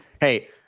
Hey